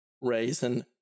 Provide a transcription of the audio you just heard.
Raisin